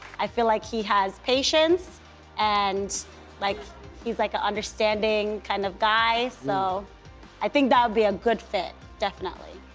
i feel like he has patience and like he's an like ah understanding kind of guy. so i think that would be a good fit. definitely.